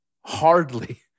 Hardly